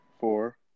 Four